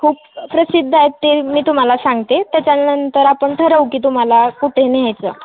खूप प्रसिद्ध आहेत ते मी तुम्हाला सांगते त्याच्यानंतर आपण ठरवू की तुम्हाला कुठे न्यायचं